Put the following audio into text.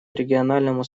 региональному